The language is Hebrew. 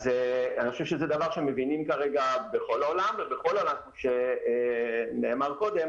אני חושב שזה דבר שמבינים כרגע בכל העולם ובכל ענף שנאמר קודם